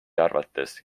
arvates